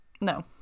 No